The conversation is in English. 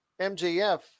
mjf